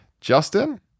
Justin